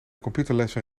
computerlessen